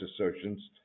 assertions